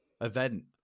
event